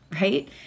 right